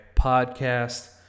Podcast